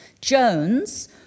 Jones